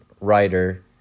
writer